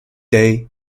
day